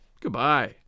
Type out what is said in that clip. Goodbye